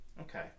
Okay